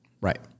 Right